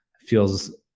feels